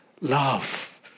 love